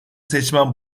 seçmen